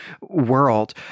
world